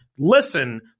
Listen